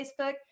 Facebook